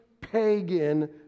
pagan